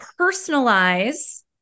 personalize